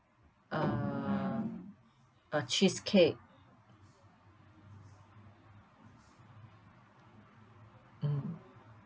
uh uh cheesecake mm